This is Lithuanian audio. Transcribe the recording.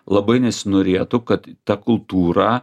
labai nesinorėtų kad ta kultūra